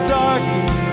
darkness